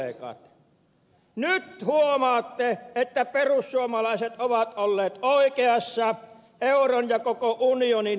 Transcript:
hyvät kansanedustajakollegat nyt huomaatte että perussuomalaiset ovat olleet oikeassa euron ja koko unionin kelvottomuuden suhteen